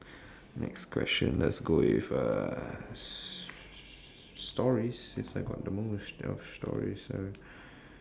next question let's go with uh stories since I've got the most of stories so